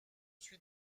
suis